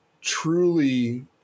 truly